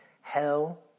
Hell